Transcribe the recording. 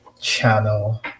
channel